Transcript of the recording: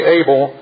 able